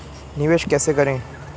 निवेश कैसे करें?